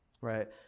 right